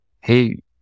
Hey